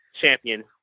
champion